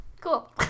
cool